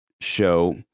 show